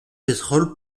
pétrole